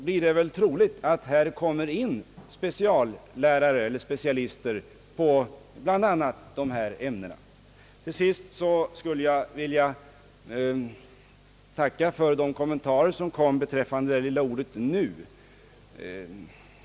Då är det väl troligt att det kommer in specialister som får undervisa i bl.a. dessa ämnen. Till sist skulle jag vilja tacka för de kommentarer som gjordes beträffande det lilla ordet »nu».